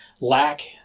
lack